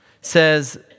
says